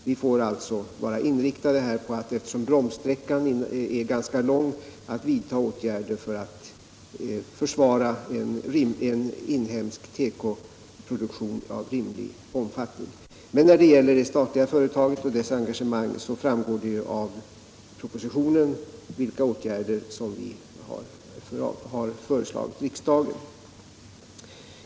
Vi får alltså, eftersom bromssträckan är ganska lång, vara inriktade på att vidta åtgärder för att bevara en inhemsk tekoproduktion av rimlig omfattning. När det gäller det statliga företaget och dess engagemang framgår det av propositionen vilka åtgärder som vi har föreslagit riksdagen.